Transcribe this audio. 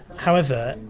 however,